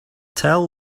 tell